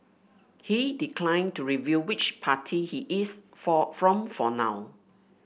he declined to reveal which party he is for from for now